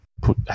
put